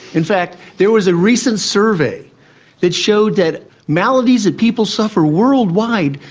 in fact there was a recent survey that showed that maladies that people suffer worldwide,